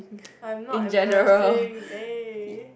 I am not embarrassing eh